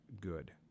good